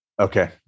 Okay